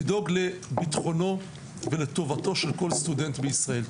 לדאוג לבטחונו ולטובתו של כל סטודנט בישראל.